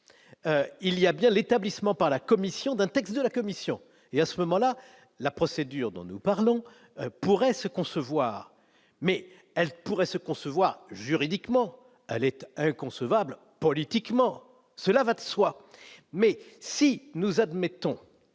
il y a bien l'établissement par la commission d'un texte de la Commission, il y a ce moment-là la procédure dont nous parlons, pourrait se concevoir, mais elle pourrait se concevoir juridiquement à l'État inconcevable, politiquement, cela va de soi, mais si nous admettons